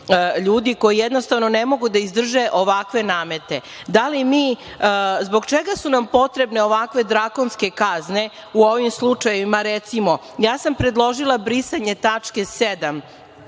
ljudi koji jednostavno ne mogu da izdrže ovakve namete. Zbog čega su nam potrebne ovakve drakonske kazne u ovim slučajevima? Ja sam predložila brisanje tačke 7)